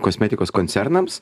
kosmetikos koncernams